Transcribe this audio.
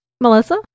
Melissa